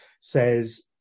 says